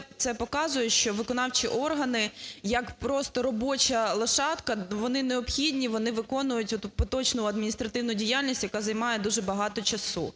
це показує, що виконавчі органи, як просто робоча лошадка, вони необхідні, вони виконують оту поточну адміністративну діяльність, яка займає дуже багато часу.